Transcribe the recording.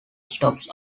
stops